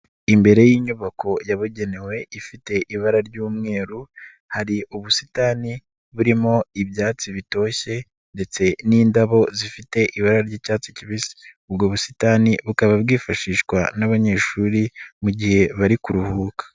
Imbere y'inyubako yabugenewe ifite ibara ry'umweru, hari ubusitani burimo ibyatsi bitoshye ndetse n'indabo zifite ibara ry'icyatsi kibisi, ubwo busitani bukaba bwifashishwa n'abanyeshuri mu gihe bari kuruhuka.